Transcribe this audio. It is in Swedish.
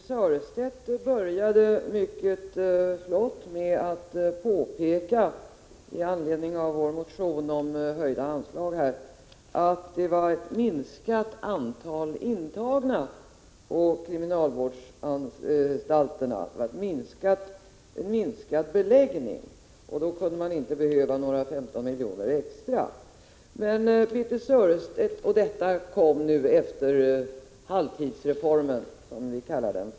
Fru talman! Med anledning av vår motion om ett höjt anslag på det här området började Birthe Sörestedt mycket flott med att påpeka att beläggningen minskat på kriminalvårdsanstalterna och att man därför inte behöver några 15 miljoner extra. Minskningen i antalet intagna är en följd av halvtidsreformen, som vi kallar den.